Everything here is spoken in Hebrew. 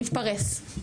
מתפרס.